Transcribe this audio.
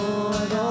Lord